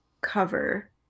cover